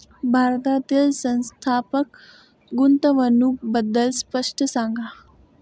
भारतातील संस्थात्मक गुंतवणूक बद्दल स्पष्ट सांगा